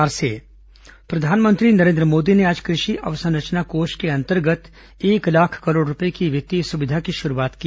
प्रधानमंत्री कृषि प्रधानमंत्री नरेन्द्र मोदी ने आज कृषि अवसंरचना कोष के अंतर्गत एक लाख करोड़ रूपये की वित्तीय सुविधा की शुरूआत की